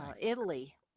Italy